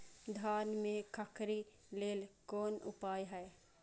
धान में खखरी लेल कोन उपाय हय?